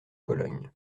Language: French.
cologne